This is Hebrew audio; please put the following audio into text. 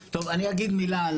טוב, אני אגיד מילה.